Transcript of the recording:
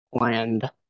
land